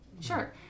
Sure